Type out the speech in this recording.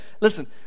listen